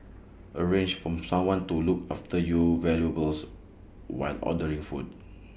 arrange for someone to look after your valuables while ordering food